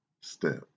step